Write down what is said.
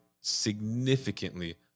significantly